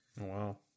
Wow